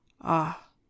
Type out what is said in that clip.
Ah